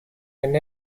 and